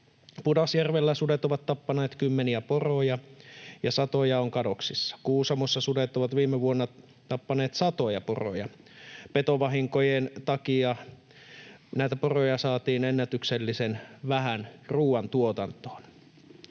Pudasjärvellä sudet ovat tappaneet kymmeniä poroja ja satoja on kadoksissa. Kuusamossa sudet ovat viime vuonna tappaneet satoja poroja. Petovahinkojen takia näitä poroja saatiin ennätyksellisen vähän ruoantuotantoon.